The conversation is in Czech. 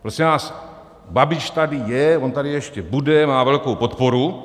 Prosím vás Babiš tady je, on tady ještě bude, má velkou podporu.